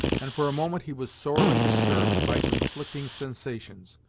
and for a moment he was sorely disturbed by conflicting sensations.